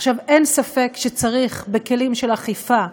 עכשיו, אין ספק שצריך, בכלים של אכיפה,